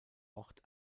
ort